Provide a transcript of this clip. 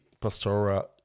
Pastora